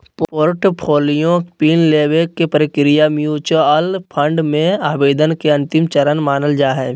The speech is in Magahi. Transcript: पोर्टफोलियो पिन लेबे के प्रक्रिया म्यूच्यूअल फंड मे आवेदन के अंतिम चरण मानल जा हय